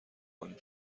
کنید